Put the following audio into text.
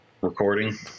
recording